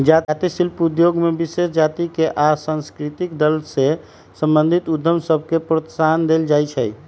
जाती शिल्प उद्योग में विशेष जातिके आ सांस्कृतिक दल से संबंधित उद्यम सभके प्रोत्साहन देल जाइ छइ